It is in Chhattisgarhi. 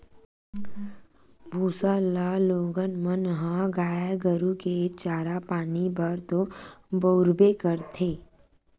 भूसा ल लोगन मन ह गाय गरु के चारा पानी बर तो बउरबे करथे